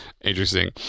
interesting